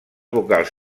vocals